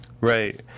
Right